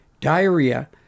diarrhea